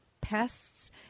pests